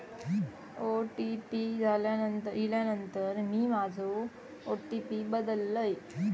OTP इल्यानंतर मी माझो ओ.टी.पी बदललय